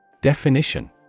Definition